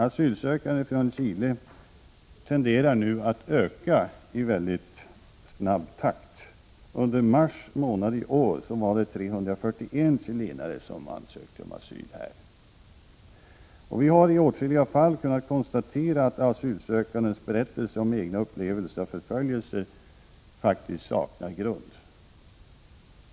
Asylsökandena från Chile tenderar nu att öka i mycket snabb takt. Under mars månad i år var det 341 chilenare som ansökte om asyl i Sverige. Vi har i åtskilliga fall kunnat konstatera att den asylsökandes berättelse om egna upplevelser och förföljelse faktiskt saknat grund.